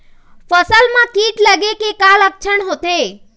फसल म कीट लगे के का लक्षण होथे?